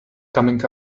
coming